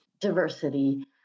diversity